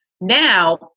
Now